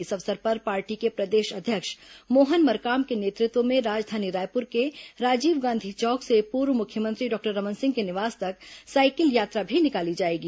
इस अवसर पर पार्टी के प्रदेश अध्यक्ष मोहन मरकाम के नेतृत्व में राजधानी रायपुर के राजीव गांधी चौक से पूर्व मुख्यमंत्री डॉक्टर रमन सिंह के निवास तक साइकिल यात्रा भी निकाली जाएगी